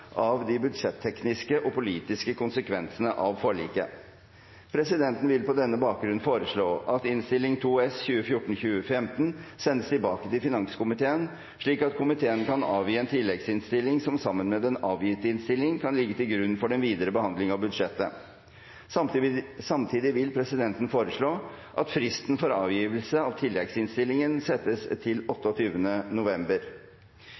av de budsjettekniske og politiske konsekvensene av forliket. Presidenten vil på denne bakgrunn foreslå at Innst. 2 S for 2014–2015 sendes tilbake til finanskomiteen, slik at komiteen kan avgi en tilleggsinnstilling som sammen med den avgitte innstilling kan ligge til grunn for den videre behandling av budsjettet. Samtidig vil presidenten foreslå at fristen for avgivelse av tilleggsinnstillingen settes til 28. november.